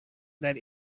that